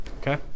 okay